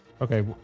Okay